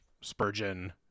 Spurgeon